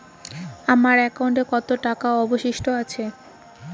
আমার একাউন্টে কত টাকা অবশিষ্ট আছে?